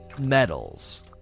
medals